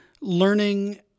learning